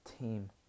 team